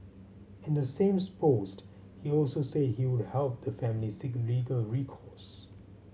in the same post he also said he would help the family seek legal recourse